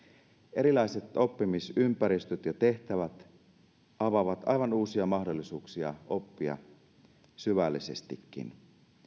erilaiset oppimisympäristöt ja tehtävät avaavat aivan uusia mahdollisuuksia oppia syvällisestikin